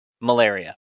Malaria